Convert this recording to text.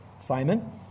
Simon